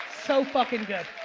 so fuckin' good.